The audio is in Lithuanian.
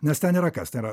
nes ten yra kas tai yra